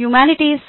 humanities